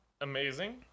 amazing